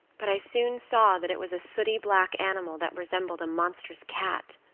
but i soon saw that it was a sooty-black animal that resembled a monstrous cat.